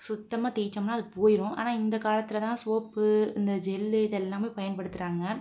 சுத்தமாக தேய்ச்சோம்னா அது போயிடும் ஆனால் இந்த காலத்தில் தான் சோப்பு இந்த ஜெல்லு இது எல்லாமே பயன்படுத்துகிறாங்க